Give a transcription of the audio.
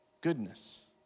goodness